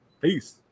Peace